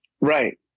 Right